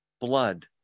blood